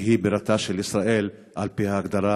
שהיא בירתה של ישראל על פי ההגדרה